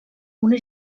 una